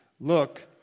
Look